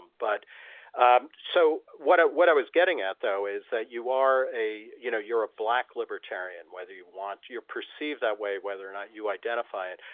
but um, so what what i was getting at though is that you are a you know, you're a black libertarian whether you want you're perceived that way whether or not you identify it.